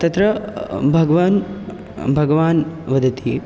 तत्र भगवान् भगवान् वदति